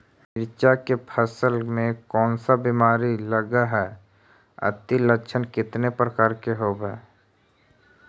मीरचा के फसल मे कोन सा बीमारी लगहय, अती लक्षण कितने प्रकार के होब?